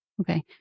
Okay